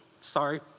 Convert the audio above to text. Sorry